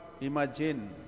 Imagine